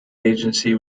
agency